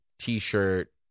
T-shirt